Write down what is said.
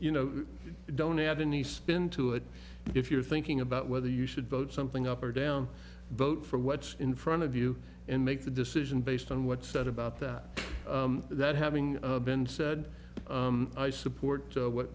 you know you don't add a nice spin to it if you're thinking about whether you should vote something up or down vote for what's in front of you and make the decision based on what's said about that that having been said i support what